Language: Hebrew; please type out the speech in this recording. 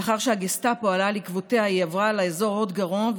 לאחר שהגסטפו עלה על עקבותיה היא עברה לאזור Haute Garonne,